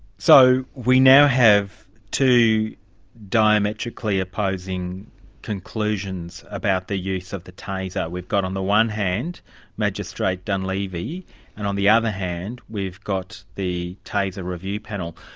so, we now have two diametrically opposing conclusions about the use of the taser we've got on the one hand magistrate dunlevy and on the other hand we've got the taser review panel.